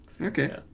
Okay